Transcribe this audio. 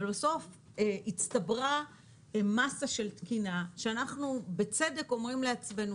אבל בסוף הצטברה מסה של תקינה שאנחנו בצדק אומרים לעצמנו,